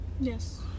Yes